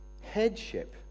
headship